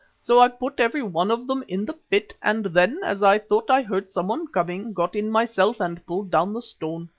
so i put every one of them in the pit, and then, as i thought i heard someone coming, got in myself and pulled down the stone.